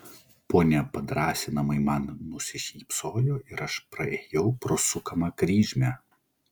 ponia padrąsinamai man nusišypsojo ir aš praėjau pro sukamą kryžmę